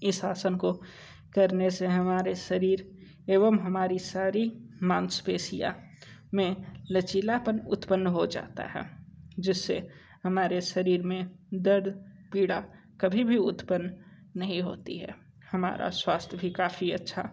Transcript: इस आसन को करने से हमारे शरीर एवं हमारी सारी मांसपेशियाँ में लचीलापन उत्पन्न हो जाता है जिस से हमारे शरीर में दर्द पीड़ा कभी भी उत्पन्न नहीं होती है हमारा स्वास्थ्य भी काफ़ी अच्छा